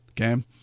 Okay